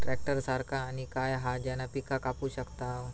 Tractor सारखा आणि काय हा ज्याने पीका कापू शकताव?